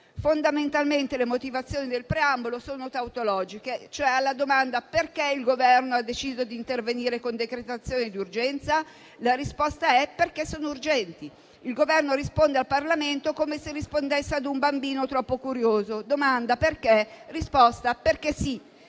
Fondamentalmente le motivazioni del preambolo sono tautologiche, cioè alla domanda: perché il Governo ha deciso di intervenire con decretazione di urgenza? La risposta è la seguente: perché sono urgenti. Il Governo risponde al Parlamento come se rispondesse a un bambino troppo curioso. Domanda: perché? Risposta: perché sì.